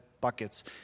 buckets